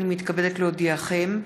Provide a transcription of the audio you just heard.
הינני מתכבדת להודיעכם,